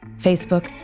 Facebook